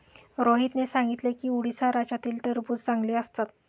रोहितने सांगितले की उडीसा राज्यातील टरबूज चांगले असतात